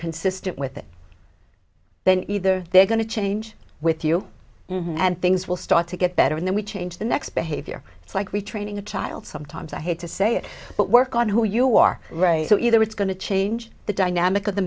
consistent with it then either they're going to change with you and things will start to get better and then we change the next behavior it's like retraining a child sometimes i hate to say it but work on who you are so either it's going to change the dynamic of the